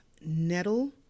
nettle